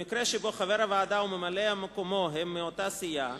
במקרה שחבר הוועדה וממלא-מקומו הם מאותה סיעה,